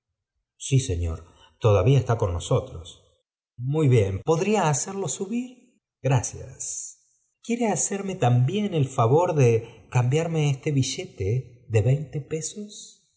sí señor todavía está con nosotros podría hacerlo subir gracias cerme también el favor de cambiarme este billete de veinte